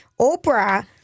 Oprah